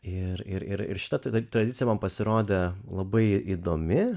ir ir šita tada tradicija man pasirodė labai įdomi